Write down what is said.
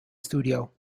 studio